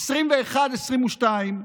2021-2022,